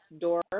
door